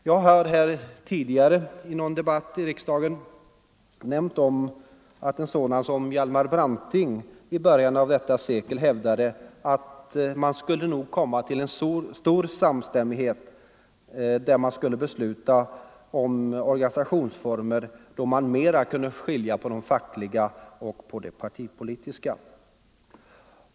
Jag har tidigare i någon debatt här i riksdagen nämnt att Hjalmar Branting i början av detta sekel hävdade att man nog skulle komma till en stor samstämmighet, där man skulle besluta om organisationsformer som innebar att man mera kunde skilja på det fackliga och det partipolitiska.